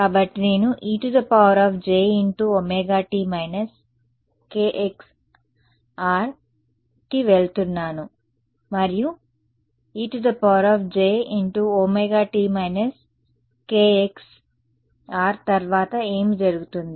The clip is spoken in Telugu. కాబట్టి నేను e jωt−krx కి వెళ్తున్నాను మరియు e jωt−krx తర్వాత ఏమి జరుగుతుంది